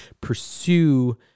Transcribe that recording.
pursue